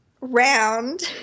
round